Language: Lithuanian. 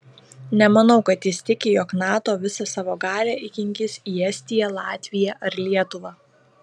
nemanau kad jis tiki jog nato visą savo galią įkinkys į estiją latviją ar lietuvą